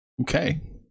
Okay